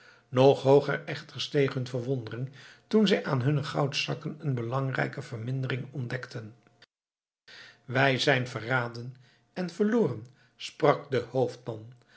nog hooger echter steeg hun verwondering toen zij aan hunne goudzakken een belangrijke vermindering ontdekten wij zijn verraden en verloren sprak de hoofdman